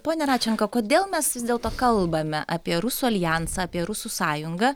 pone radčenka kodėl mes vis dėlto kalbame apie rusų aljansą apie rusų sąjungą